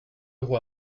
roi